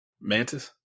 Mantis